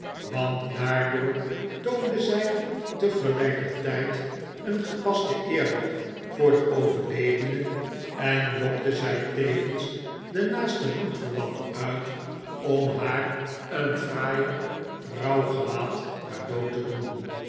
want daardoor toonde zij tegelijkertijd een gepasten eerbied voor den overledene en lokte zij tevens den naasten bloedverwant uit om haar een fraaier rouwgewaad cadeau te doen